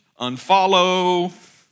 unfollow